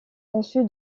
conçu